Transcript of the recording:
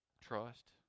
Trust